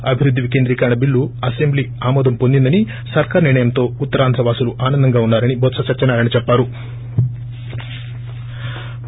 అభివృద్ధి వికేంద్రీకరణ bill assembly ఆమోదం పొందిందని సర్కార్ నిర్ణయంలో ఉత్తరాంధ్ర వాసులు ఆనందంగా ఉన్నారని బొత్స సత్యనారాయణ చెప్పారు